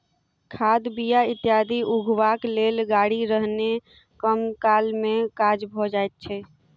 खाद, बीया इत्यादि उघबाक लेल गाड़ी रहने कम काल मे काज भ जाइत छै